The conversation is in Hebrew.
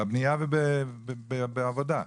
בבנייה ובעבודה.